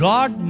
God